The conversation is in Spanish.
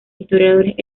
historiadores